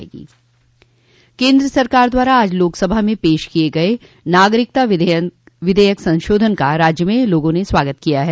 केन्द्र सरकार द्वारा आज लोकसभा में पेश किये गये नागरिकता विधेयक संशोधन का राज्य में लोगों ने स्वागत किया है